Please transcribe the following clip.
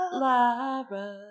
Lyra